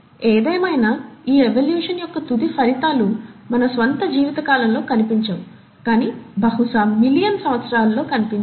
ఏదేమైనా ఈ ఎవల్యూషన్ యొక్క తుది ఫలితాలు మన స్వంత జీవితకాలంలో కనిపించవు కానీ బహుశా మిలియన్ల సంవత్సరాలలో కనిపించవచ్చు